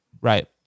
Right